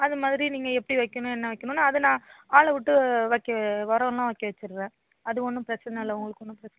அதுமாதிரி நீங்கள் எப்படி வைக்கணும் என்ன வைக்கணுன்னு அது நான் ஆளை விட்டு வைக்க வே உரல்லாம் வைக்க வச்சிடுறேன் அது ஒன்றும் பிரச்சனை இல்லை உங்களுக்கு ஒன்றும் பிரச்சனை இல்லை